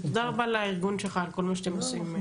ותודה רבה לארגון שלך על כל מה שאתם עושים.